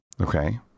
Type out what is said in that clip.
okay